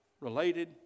related